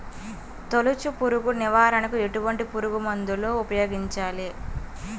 తొలుచు పురుగు నివారణకు ఎటువంటి పురుగుమందులు ఉపయోగించాలి?